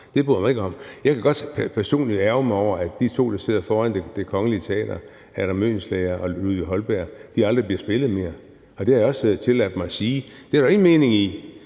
Det bryder jeg mig ikke om. Jeg kan godt personligt ærgre mig over, at de to, der sidder foran Det Kongelige Teater, Adam Oehlenschläger og Ludvig Holberg, aldrig bliver spillet mere, og det har jeg også tilladt mig at sige. Det er der jo ingen mening i.